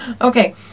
Okay